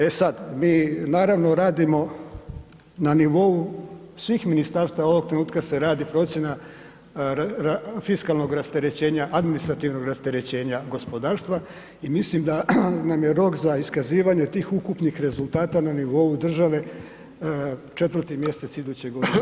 E sada, mi naravno radimo na nivou svih ministarstava, ovog trenutka se radi procjena fiskalnog rasterećenja, administrativnog rasterećenja gospodarstva i mislim da nam je rok za iskazivanje tih ukupnih rezultata na nivou države 4. mjesec iduće godine.